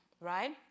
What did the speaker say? right